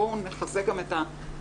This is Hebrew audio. בואו נכסה גם את השטח,